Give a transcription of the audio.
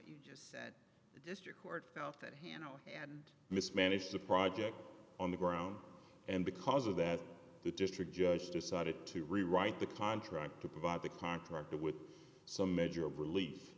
court that hanno and mismanaged the project on the ground and because of that the district judge decided to rewrite the contract to provide the contractor with some measure of relief